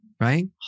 Right